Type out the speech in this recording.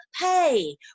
pay